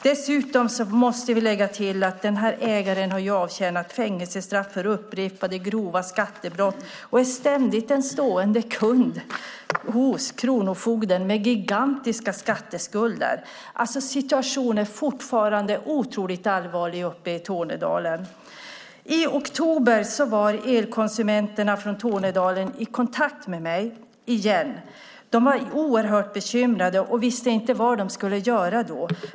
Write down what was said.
Dessutom måste vi lägga till att den här ägaren har avtjänat fängelsestraff för upprepade grova skattebrott och är en ständig kund hos kronofogden med gigantiska skatteskulder. Situationen är alltså fortfarande otroligt allvarlig uppe i Tornedalen. I oktober var elkonsumenterna från Tornedalen i kontakt med mig igen. De var oerhört bekymrade och visste inte vad de skulle göra.